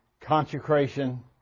consecration